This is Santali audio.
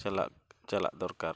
ᱪᱟᱞᱟᱜ ᱪᱟᱞᱟᱜ ᱫᱚᱨᱠᱟᱨᱚᱜᱼᱟ